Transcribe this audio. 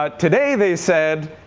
ah today they said,